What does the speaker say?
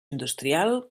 industrial